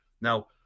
Now